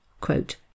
Quote